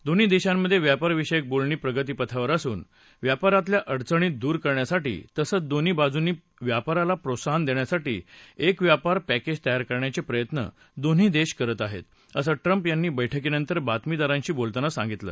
दोन्ही देशांमधे व्यापारविषयक बोलणी प्रगतिपथावर असून व्यापारातल्या अडचणी दूर करण्यासाठी तसंच दोन्ही बाजूंनी व्यापाराला प्रोत्साहन देण्यासाठी एक व्यापार पँकेज तयार करण्याचे प्रयत्न दोन्ही देश करत आहेत असं ट्रंप यांनी बैठकीनंतर बातमीदारांशी बोलताना सांगितलं